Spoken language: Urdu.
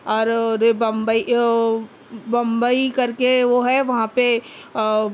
اور بمبئی بمبئی کر کے وہ ہے وہاں پہ